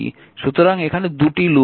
সুতরাং এখানে 2টি লুপ আছে